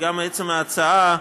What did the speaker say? וגם עצם ההצעה,